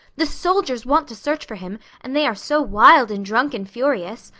the soldiers want to search for him and they are so wild and drunk and furious.